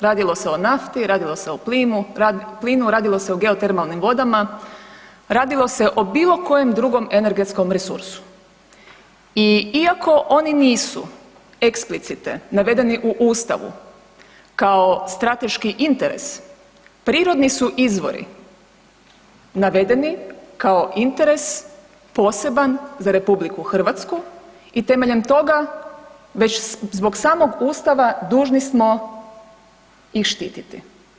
Radilo se o nafti, radilo se o plinu, radilo se o geotermalnim vodama, radilo se o bilo kojem drugom energetskom resursu i iako oni nisu eksplicite navedeni u Ustavu kao strateški interes prirodni su izvori navedeni kao interes poseban za Republiku Hrvatsku i temeljem toga već zbog samog Ustava dužni smo ih štititi.